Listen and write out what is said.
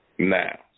Now